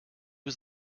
was